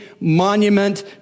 monument